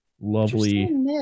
lovely